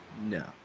No